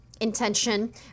intention